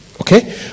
Okay